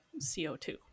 CO2